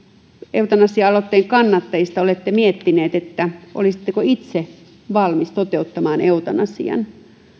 eutanasia aloitteen kannattajista olette miettineet olisitteko itse valmiita toteuttamaan eutanasian